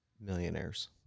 millionaires